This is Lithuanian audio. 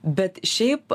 bet šiaip